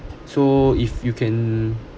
so if you can